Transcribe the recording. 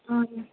అవునా